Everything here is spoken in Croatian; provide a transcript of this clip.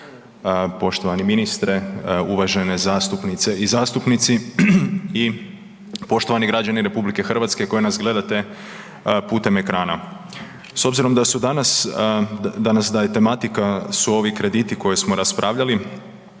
poštovani ministre, uvažene zastupnice i zastupnici i poštovani građani RH koji nas gledate putem ekrana. S obzirom da su danas, da je tematika su ovi krediti koji smo raspravljali,